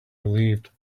relieved